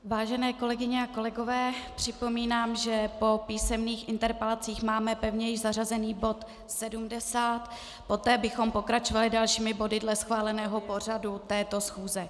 Vážené kolegyně a kolegové, připomínám, že po písemných interpelacích máme již pevně zařazený bod 70, poté bychom pokračovali dalšími body dle schváleného pořadu této schůze.